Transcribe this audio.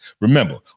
Remember